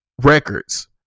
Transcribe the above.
records